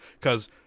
Cause